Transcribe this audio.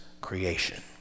creation